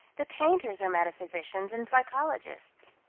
the painters are metaphysicians and psychologists.